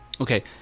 Okay